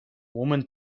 woman